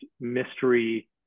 Mystery